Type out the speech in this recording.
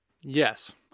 Yes